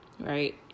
right